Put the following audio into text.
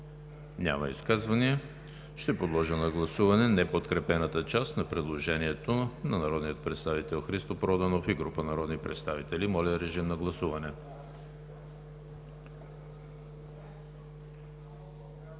Няма. Ще подложа на гласуване неподкрепената част на предложението на народния представител Христо Проданов и група народни представители. Гласували